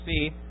see